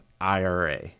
IRA